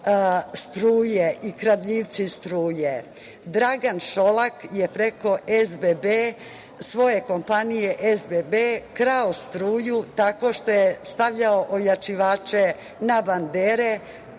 struje i kradljivci struje. Dragan Šolak je preko SBB svoje kompanije SBB krao struju, tako što je stavljao ojačivače na bandere,